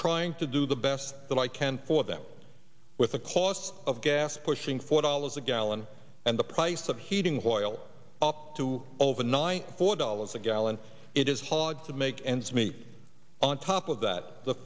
trying to do the best that i can for them with the cost of gas pushing four dollars a gallon and the price of heating oil up to overnight four dollars a gallon it is hard to make ends meet on top of that the